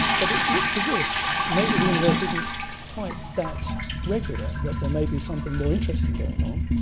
but it looks as if maybe the universe isn't quite that regular, that there may be something more interesting going on.